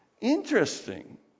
Interesting